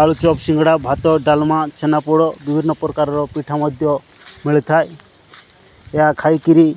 ଆଳୁଚପ୍ ସିଙ୍ଗ୍ଡ଼ା ଭାତ ଡାଲ୍ମା ଛେନାପୋଡ଼ ବିଭିନ୍ନପ୍ରକାରର ପିଠା ମଧ୍ୟ ମିଳିଥାଏ ଏହା ଖାଇକିରି